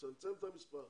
נצמצם את המספר.